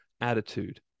attitude